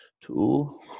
two